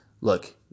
look